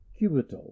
Cubital